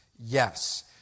yes